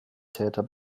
täter